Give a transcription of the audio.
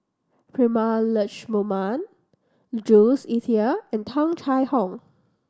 Prema Letchumanan Jules Itier and Tung Chye Hong